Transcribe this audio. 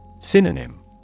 Synonym